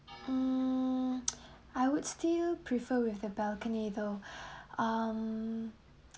mm I would still prefer with the balcony though um